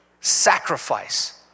sacrifice